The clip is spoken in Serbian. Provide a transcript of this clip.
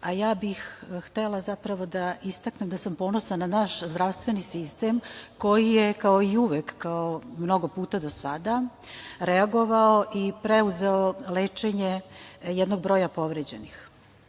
a ja bih htela zapravo da istaknem da sam ponosna na naš zdravstveni sistem koji je kao i uvek, kao i mnogo puta do sada reagovao i preuzeo lečenje jednog broja povređenih. Cela